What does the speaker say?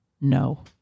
no